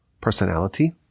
personality